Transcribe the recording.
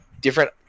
different